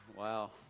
Wow